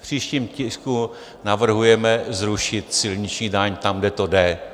V příštím tisku navrhujeme zrušit silniční daň tam, kde to jde.